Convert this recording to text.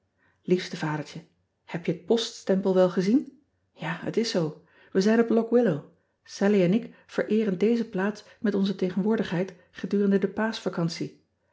iefste adertje eb je het poststempel wel gezien a het is zoo we zijn op ock illow allie en ik vereeren deze plaats met onze tegenwoordigheid gedurende de